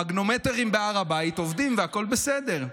המגנומטרים בהר הבית עובדים והכול בסדר,